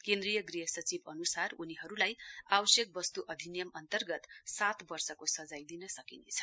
केन्द्रीय गृह सचिव अनुसार उनीहरूलाई आवश्यक वस्तु अधिनियम अन्तर्गत सात वर्षको सजाय दिन सकिनेछ